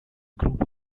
group